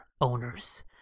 owners